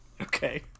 okay